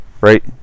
right